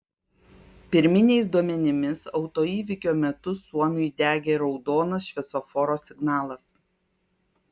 pirminiais duomenimis autoįvykio metu suomiui degė raudonas šviesoforo signalas